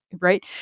right